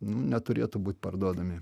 nu neturėtų būt parduodami